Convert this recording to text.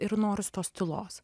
ir norisi tos tylos